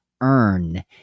earn